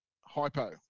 hypo